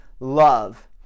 love